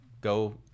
go